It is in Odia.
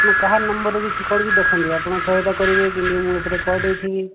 ଆପଣ କାହା ନମ୍ବର ରେ ବି କରିକି ଦେଖନ୍ତୁ ଆପଣ ଶହେଟା କରିବେ କିନ୍ତୁ ମୁଁ ଏପଟେ କରିଦେଇଥିବି